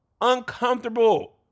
uncomfortable